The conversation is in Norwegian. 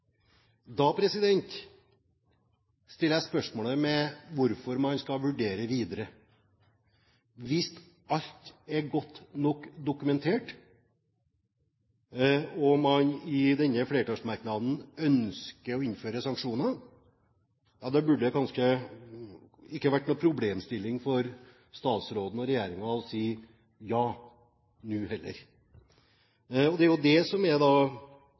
Da stiller jeg spørsmål ved hvorfor man skal vurdere videre, hvis alt er godt nok dokumentert, og man med denne flertallsmerknaden ønsker å innføre sanksjoner. Da burde det kanskje ikke vært noen problemstilling for statsråden og regjeringen å si ja nå heller. Det er jo det som er